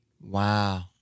Wow